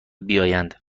بیایند